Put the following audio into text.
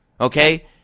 okay